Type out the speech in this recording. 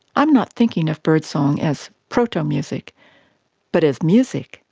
i'm not thinking of birdsong as proto-music but as music,